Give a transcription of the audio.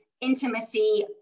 intimacy